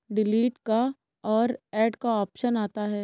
delete का और add का ऑप्शन आता है